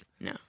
No